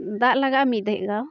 ᱫᱟᱜ ᱞᱟᱜᱟᱜᱼᱟ ᱢᱤᱫ ᱫᱷᱮᱡᱫᱟᱣ